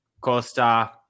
Costa